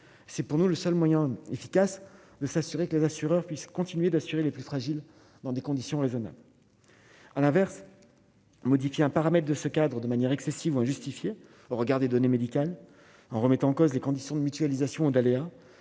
c'est pour nous le seul moyen efficace de s'assurer que les assureurs puissent continuer d'assurer les plus fragiles, dans des conditions raisonnables, à l'inverse, modifier un paramètre de ce cadre de manière excessive et injustifiée au regard des données médicales en remettant en cause les conditions de mutualisation d'aléas